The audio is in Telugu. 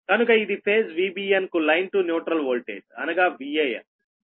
కనుక ఇది ఫేజ్ VBnకు లైన్ టు న్యూట్రల్ వోల్టేజ్ అనగా VAn